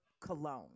cologne